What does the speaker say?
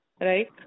right